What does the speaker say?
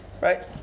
right